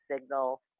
signal